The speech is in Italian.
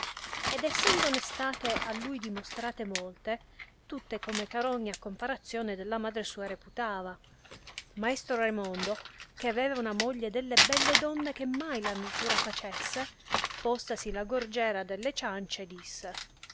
ed essendone state a lui dimostrate molte tutte come carogne a comparazione della madre sua reputava maestro raimondo che aveva una moglie delle belle donne che mai la natura facesse postasi la gorgiera delle ciancie disse